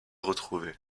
retrouvé